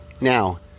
Now